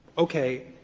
okay,